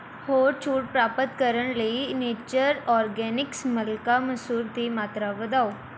ਹੋਰ ਛੋਟ ਪ੍ਰਾਪਤ ਕਰਨ ਲਈ ਈਨੇਚਰ ਔਰਗੈਨਿਕਸ ਮਲਕਾ ਮਸੂਰ ਦੀ ਮਾਤਰਾ ਵਧਾਓ